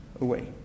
away